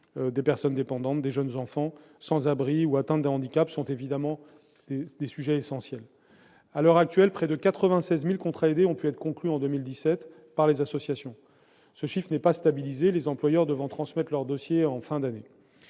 des personnes dépendantes, sans abri ou atteintes d'un handicap sont évidemment des sujets essentiels. À l'heure actuelle, on comptabilise près de 96 000 contrats aidés conclus, au titre de 2017, par les associations. Ce chiffre n'est pas stabilisé, les employeurs devant transmettre leurs dossiers en fin d'année.